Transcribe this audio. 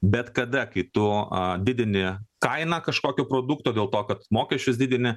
bet kada kai tu a didini kainą kažkokio produkto dėl to kad mokesčius didini